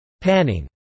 Panning